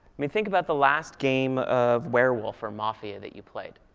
i mean think about the last game of werewolf or mafia that you played.